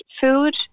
food